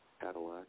Cadillac